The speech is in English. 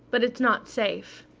but it's not safe.